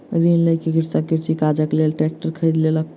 ऋण लय के कृषक कृषि काजक लेल ट्रेक्टर खरीद लेलक